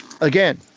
again